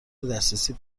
دسترسی